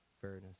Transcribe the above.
fairness